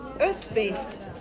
earth-based